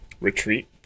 retreat